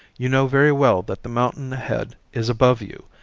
you know very well that the mountain ahead is above you,